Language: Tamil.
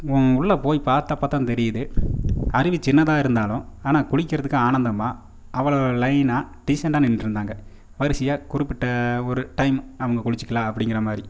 உள்ளே போய் பார்த்த அப்போத்தான் தெரியுது அருவி சின்னதாக இருந்தாலும் ஆனால் குளிக்கிறதுக்கு ஆனந்தமாக அவ்வளோ லைனாக டீசெண்டாக நின்னுட்டுருந்தாங்க வரிசையாக குறிப்பிட்ட ஒரு டைம் அவங்க குளிச்சுக்கலாம் அப்படிங்கிற மாதிரி